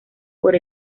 por